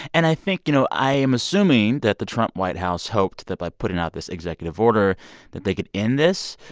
and i think you know, i am assuming that the trump white house hoped that by putting out this executive order that they could end this.